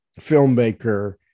filmmaker